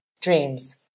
dreams